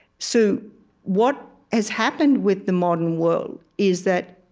so what has happened with the modern world is that,